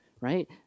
right